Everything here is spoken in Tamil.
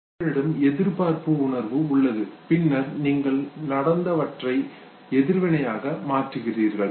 உங்களிடம் எதிர்பார்ப்பு உணர்வு உள்ளது பின்னர் நீங்கள் அவற்றை நடத்தை எதிர்வினையாக மாற்றுகிறீர்கள்